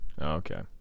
Okay